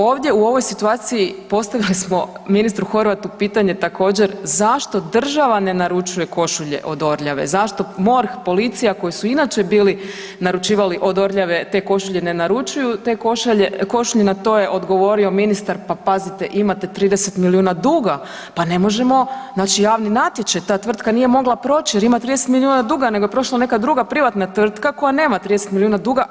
Ovdje u ovoj situaciji postavili smo ministru Horvatu pitanje također zašto država ne naručuje košulje od Orljave, zašto MORH, policija koji su inače bili naručivali od Orljave te košulje ne naručuju te košulje, na to je odgovorio ministar, pa pazite imate 30 milijuna duga, pa ne možemo znači javni natječaj, ta tvrtka nije mogla proći jer ima 30 miliona duga, nego je prošla neka druga privatna tvrtka koja nema 30 miliona duga.